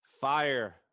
Fire